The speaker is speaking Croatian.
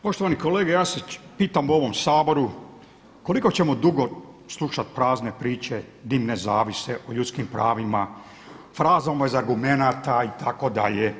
Poštovani kolege ja se pitam u ovom Saboru koliko ćemo dugo slušati prazne priče, dimne zavjese o ljudskim pravima, frazama bez argumenata itd.